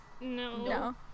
No